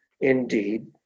indeed